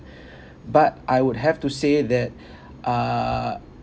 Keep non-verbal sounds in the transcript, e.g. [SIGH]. [BREATH] but I would have to say that uh